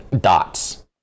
dots